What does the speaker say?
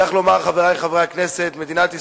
צריך לומר, חברי חברי הכנסת, מדינת ישראל,